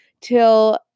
till